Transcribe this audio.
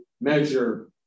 measure